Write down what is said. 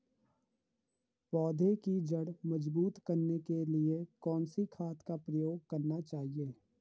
पौधें की जड़ मजबूत करने के लिए कौन सी खाद का प्रयोग करना चाहिए?